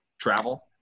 travel